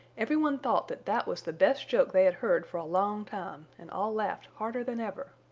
every one thought that that was the best joke they had heard for a long time, and all laughed harder than ever.